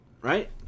Right